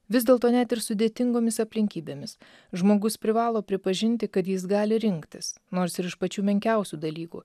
vis dėlto net ir sudėtingomis aplinkybėmis žmogus privalo pripažinti kad jis gali rinktis nors ir iš pačių menkiausių dalykų